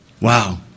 wow